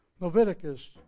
Leviticus